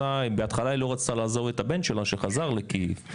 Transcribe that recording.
בהתחלה היא לא רצתה לעזוב את הבן שלה שחזר לקייב.